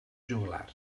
joglar